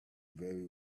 very